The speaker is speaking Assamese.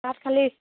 ভাত খালি